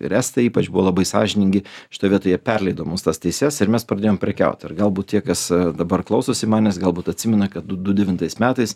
ir estai ypač buvo labai sąžiningi šitoj vietoj jie perleido mums tas teises ir mes pradėjom prekiaut ir galbūt tie kas dabar klausosi manęs galbūt atsimena kad du devintais metais